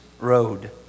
road